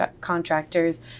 contractors